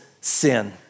sin